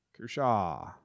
Kershaw